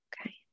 Okay